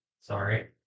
Sorry